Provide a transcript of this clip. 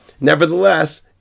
Nevertheless